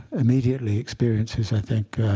immediately experiences, i think,